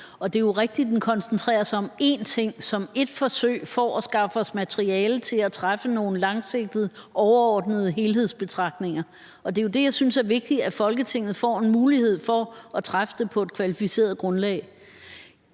og det er jo rigtigt, at det koncentrerer sig om én ting, og det er ét forsøg på at skaffe os materiale til at muliggøre nogle langsigtede og overordnede helhedsbetragtninger. Det er jo det, jeg synes er vigtigt, nemlig at Folketinget får en mulighed for at træffe en beslutning på et kvalificeret grundlag.